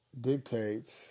dictates